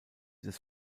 des